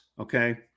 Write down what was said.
okay